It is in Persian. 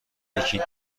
یکی